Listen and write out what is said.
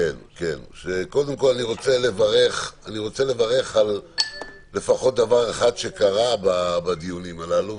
קודם כל אני רוצה לברך על לפחות דבר אחד שקרה בדיונים הללו,